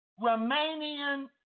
Romanian